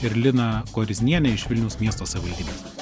ir liną koriznienę iš vilniaus miesto savivaldybės